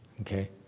Okay